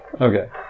Okay